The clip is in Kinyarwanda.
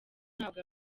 ntabwo